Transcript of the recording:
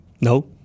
No